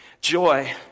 joy